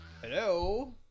hello